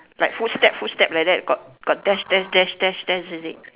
like footstep footstep like that got got dash dash dash dash dash is it